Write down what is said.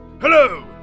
Hello